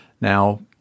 Now